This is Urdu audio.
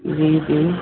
جی جی